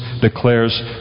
declares